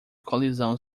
colisão